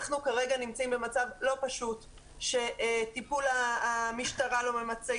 אנחנו כרגע נמצאים במצב לא פשוט שטיפול המשטרה לא ממצה.